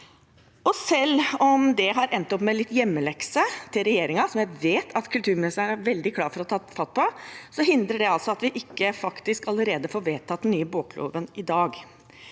Selv om det har endt opp med litt hjemmelekse til regjeringen, som jeg vet at kulturministeren er veldig klar for å ta fatt på, hindrer det ikke at vi faktisk allerede får vedtatt den nye bokloven i dag.